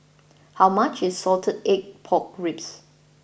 how much is Salted Egg Pork Ribs